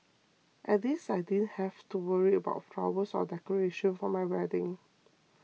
at least I didn't have to worry about flowers or decoration for my wedding